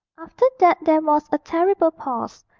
after that there was a terrible pause.